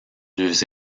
deux